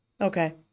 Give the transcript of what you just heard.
Okay